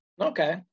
Okay